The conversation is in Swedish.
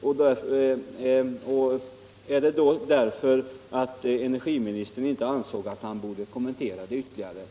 Och berodde det i så fall på att energiministern ansåg att han inte borde kommentera detta ytterligare?